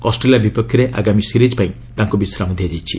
Australia ବିପକ୍ଷରେ ଆଗାମୀ series ପାଇଁ ତାଙ୍କୁ ବିଶ୍ରାମ ଦିଆଯାଇଛି